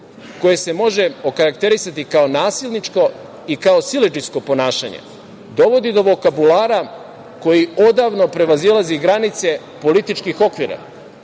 koje se može okarakterisati kao nasilničko i kao siledžijsko ponašanje, dovodi do vokabulara koji odavno prevazilazi granice političkih okvira.